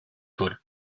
dra